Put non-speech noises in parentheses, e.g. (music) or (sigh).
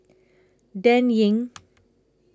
Dan Ying (noise)